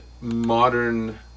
modern